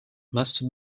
must